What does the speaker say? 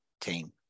team